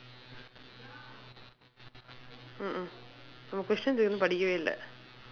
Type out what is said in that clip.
உன்:un questionsae இன்னும் படிக்கவே இல்ல:innum padikkavee illa